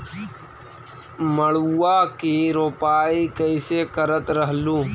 मड़उआ की रोपाई कैसे करत रहलू?